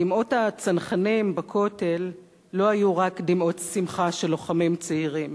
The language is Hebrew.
דמעות הצנחנים בכותל לא היו רק דמעות שמחה של לוחמים צעירים